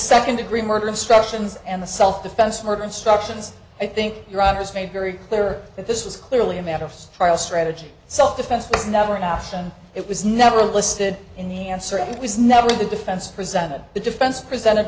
second degree murder instructions and the self defense for constructions i think iran has made very clear that this was clearly a matter of trial strategy self defense is never enough and it was never listed in the answer and it was never the defense presented the defense presented